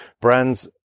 brands